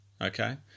Okay